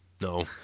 no